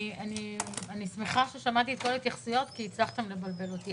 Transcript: אני שמחה ששמעתי את כל ההתייחסויות כי הצלחתם לבלבל אותי.